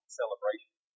celebration